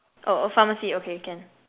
oh oh pharmacy okay can